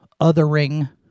othering